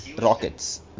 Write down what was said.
Rockets